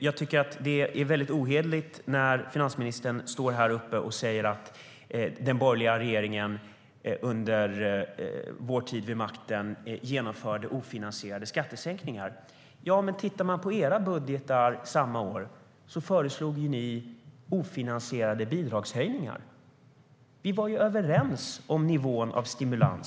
Jag tycker att det är ohederligt när finansministern står här och säger att den borgerliga regeringen under sin tid vid makten genomförde ofinansierade skattesänkningar. I era budgetar samma år föreslog ni ofinansierade bidragshöjningar. Vi var ju överens om stimulansnivån.